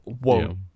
Whoa